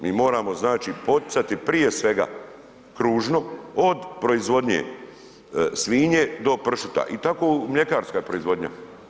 Mi moramo, znači, poticati prije svega kružno od proizvodnje svinje do pršuta i tako i mljekarska proizvodnja.